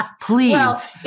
Please